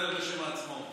הוא מדבר בשם עצמו.